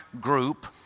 group